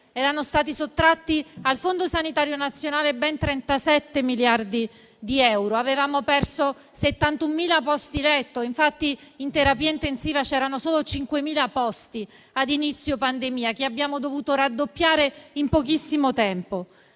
Erano stati sottratti al Fondo sanitario nazionale ben 37 miliardi di euro. Avevamo perso 71.000 posti letto: infatti, in terapia intensiva c'erano solo 5.000 posti ad inizio pandemia, che abbiamo dovuto raddoppiare in pochissimo tempo;